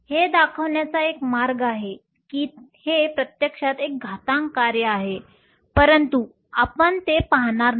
हे दाखवण्याचा एक मार्ग आहे की हे प्रत्यक्षात एक घातांक कार्य आहे परंतु आपण ते पाहणार नाही